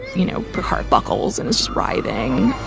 you know the heart buckles and is writhing